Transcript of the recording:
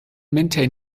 maintain